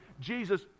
Jesus